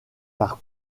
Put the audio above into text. par